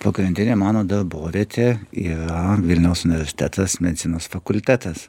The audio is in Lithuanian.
pagrindinė mano darbovietė yra vilniaus universitetas medicinos fakultetas